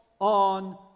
on